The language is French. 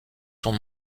son